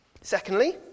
Secondly